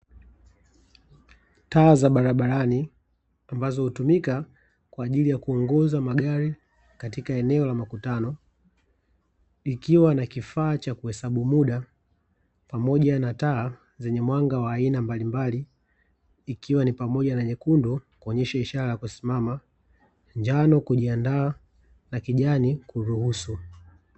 Taa za barabarani, ambazo hutumika kwa ajili ya kuongoza magari katika eneo la makutano, ikiwa na kifaa cha kuhesabu muda pamoja na taa zenye mwanga wa aina mbalimbali, ikiwa ni pamoja na nyekundu kuonyesha ishara ya kusimama, njano kujiandaa na kijani kuruhusu.